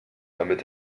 damit